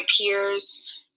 peers